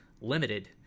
limited